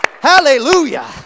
Hallelujah